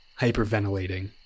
hyperventilating